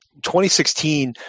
2016